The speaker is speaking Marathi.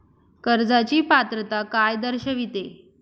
कर्जाची पात्रता काय दर्शविते?